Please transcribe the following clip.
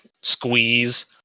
squeeze